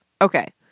Okay